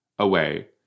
Away